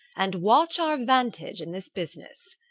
and watch our vantage in this business.